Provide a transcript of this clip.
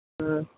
बरं